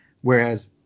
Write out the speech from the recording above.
whereas